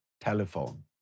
telephone